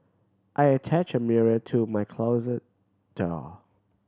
I attached a mirror to my closet door